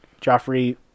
Joffrey